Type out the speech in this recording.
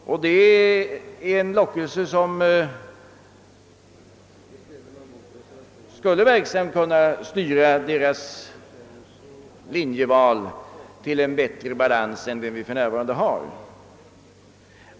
Det är en lockelse som verksamt skulle kunna styra deras linjeval till en bättre balans än vi för närvarande har.